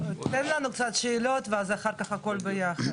תאפשר לנו לשאול שאלות ואחר כך ישיבו על הכול ביחד.